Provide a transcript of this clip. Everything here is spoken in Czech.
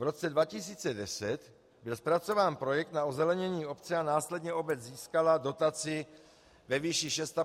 V roce 2010 byl zpracován projekt na ozelenění obce a následně obec získala dotaci ve výši 6,5 mil. Kč.